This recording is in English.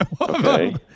Okay